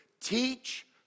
Teach